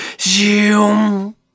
Zoom